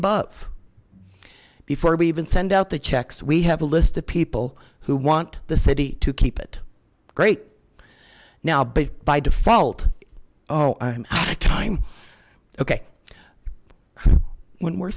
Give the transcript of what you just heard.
above before we even send out the checks we have a list of people who want the city to keep it great now but by default oh i'm out of time okay when we're